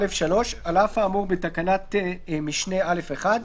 "(א3) על אף האמור בתקנת משנה (א1),